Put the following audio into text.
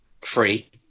free